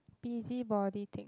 busybody thing